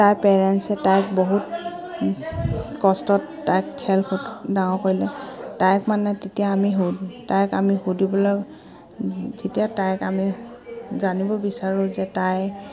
তাইৰ পেৰেণ্টছে তাইক বহুত কষ্টত তাইক খেল সোধ ডাঙৰ কৰিলে তাইক মানে তেতিয়া আমি সুধ তাইক আমি সুধিবলৈ তেতিয়া তাইক আমি জানিব বিচাৰোঁ যে তাই